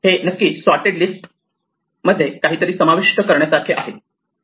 हे नक्की सोर्टेड लिस्टमध्ये काहीतरी समाविष्ट करण्यासारखे आहे